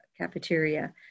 cafeteria